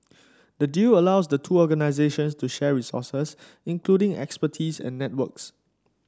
the deal allows the two organisations to share resources including expertise and networks